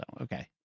okay